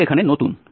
এটি এখানে নতুন